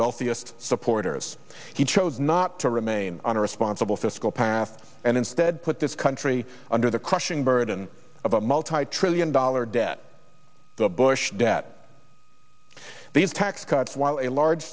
wealthiest supporters he chose not to remain on a responsible fiscal path and instead put this country under the crushing burden of a multi trillion dollar debt the bush debt these tax cuts while a large